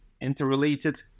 interrelated